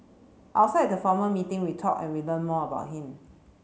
outside the formal meeting we talked and we learnt more about him